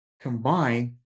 combine